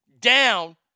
Down